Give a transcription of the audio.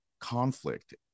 conflict